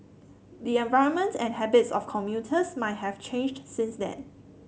the environment and habits of commuters might have changed since then